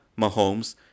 Mahomes